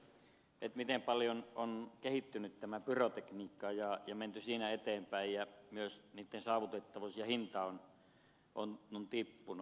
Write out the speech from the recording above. täällä on todettu miten paljon on kehittynyt tämä pyrotekniikka ja menty siinä eteenpäin ja myös saavutettavuus ja hinta on tippunut